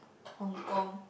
Hong-Kong